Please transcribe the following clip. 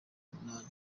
umunani